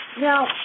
Now